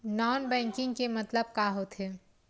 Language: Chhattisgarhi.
नॉन बैंकिंग के मतलब का होथे?